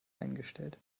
eingestellt